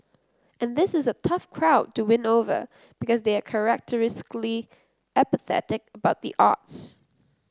and this is a tough crowd to win over because they are characteristically apathetic about the arts